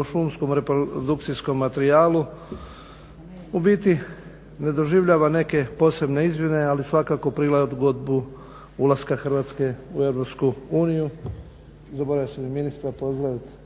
o šumskom reprodukcijskom materijalu u biti ne doživljava neke posebne izmjene ali svakako prilagodbu ulaska Hrvatske u Europsku uniju, zaboravio sam i ministra pozdraviti,